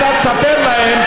לא מסכימים,